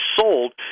sold